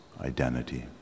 identity